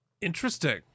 Interesting